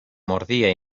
mordía